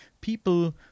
people